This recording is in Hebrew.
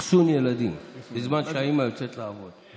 אחסון ילדים בזמן שהאימא יוצאת לעבוד.